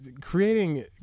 creating